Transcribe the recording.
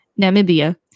Namibia